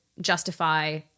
justify